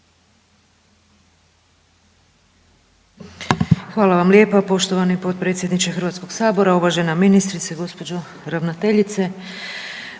Hvala vam lijepa. Poštovani potpredsjedniče HS-a, uvažena ministrice, gospođo ravnateljice,